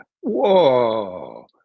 whoa